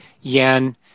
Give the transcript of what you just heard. yen